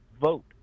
vote